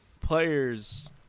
players